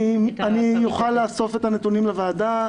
אני מוכן לאסוף את הנתונים לוועדה.